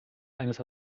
eines